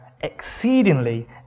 exceedingly